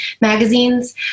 magazines